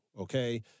okay